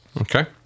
Okay